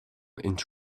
inch